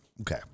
Okay